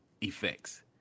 effects